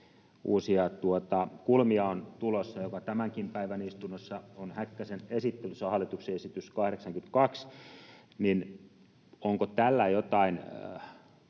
uusia kulmia on tulossa, tämänkin päivän istunnossa on Häkkäsen esittelyssä hallituksen esitys 82 — niin onko tällä jotain